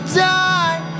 die